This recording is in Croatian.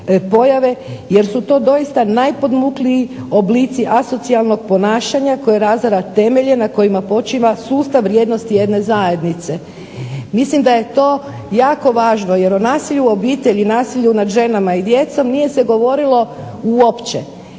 jer su to doista najpodmukliji oblici asocijalnog ponašanja koje razara temelje na kojima počiva sustav vrijednosti jedne zajednice. Mislim da je to jako važno, jer o nasilju u obitelji i nasilju nad ženama i djecom nije se govorilo uopće.